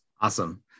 awesome